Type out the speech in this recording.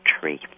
tree